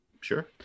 Sure